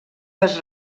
les